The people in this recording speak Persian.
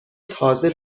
تازه